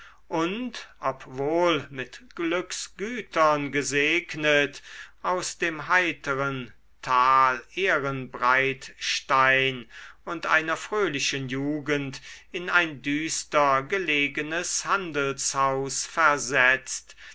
und obwohl mit glücksgütern gesegnet aus dem heiteren thal ehrenbreitstein und einer fröhlichen jugend in ein düster gelegenes handelshaus versetzt